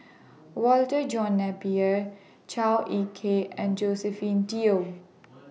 Walter John Napier Chua Ek Kay and Josephine Teo